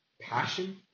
passion